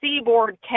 seaboard